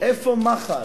איפה מח"ל?